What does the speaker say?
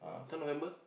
thought November